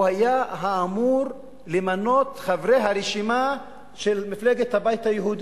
הוא היה אמור להימנות עם חברי הרשימה של מפלגת הבית היהודי.